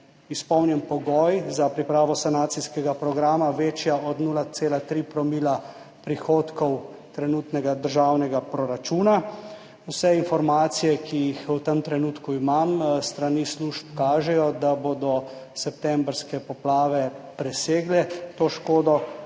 izpolnjen pogoj za pripravo sanacijskega programa, mora biti ta škoda večja od 0,3 promila prihodkov trenutnega državnega proračuna. Vse informacije, ki jih imam v tem trenutku s strani služb, kažejo, da bodo septembrske poplave presegle to škodo,